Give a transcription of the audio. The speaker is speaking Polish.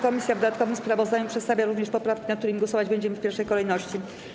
Komisja w dodatkowym sprawozdaniu przedstawia również poprawki, nad którymi głosować będziemy w pierwszej kolejności.